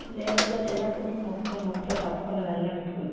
లేదు సార్ చిన్నపటి నుంచి మొక్కుకున్న మొక్కు సర్ తప్పకుండా వెళ్లాలి ఇప్పుడు